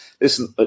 Listen